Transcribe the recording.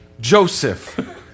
Joseph